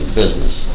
business